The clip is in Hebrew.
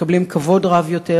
מקבלים כבוד רב יותר,